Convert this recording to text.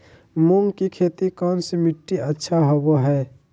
मूंग की खेती कौन सी मिट्टी अच्छा होबो हाय?